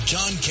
John